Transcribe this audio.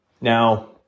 Now